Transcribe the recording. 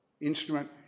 instrument